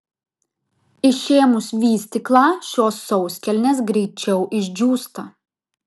išėmus vystyklą šios sauskelnės greičiau išdžiūsta